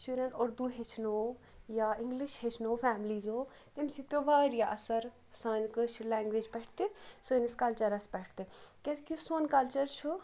شُرٮ۪ن اُردوٗ ہیٚچھنو یا اِنٛگلِش ہیٚچھنو فیملیٖزو تمہِ سۭتۍ پیوٚو واریاہ اَثر سانہِ کٲشِر لٮ۪نٛگویج پٮ۪ٹھ تہِ سٲنِس کَلچَرَس پٮ۪ٹھ تہِ کیٛازِ کہِ یُس سون کَلچَر چھُ